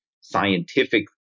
scientific